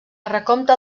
recompte